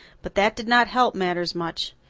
but that did not help matters much.